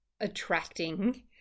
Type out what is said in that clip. attracting